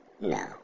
No